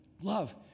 Love